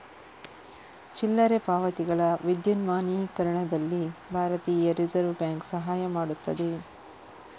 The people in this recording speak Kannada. ಚಿಲ್ಲರೆ ಪಾವತಿಗಳ ವಿದ್ಯುನ್ಮಾನೀಕರಣದಲ್ಲಿ ಭಾರತೀಯ ರಿಸರ್ವ್ ಬ್ಯಾಂಕ್ ಸಹಾಯ ಮಾಡುತ್ತದೆ